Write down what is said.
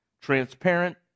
transparent